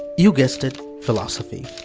you guessed it, philosophy.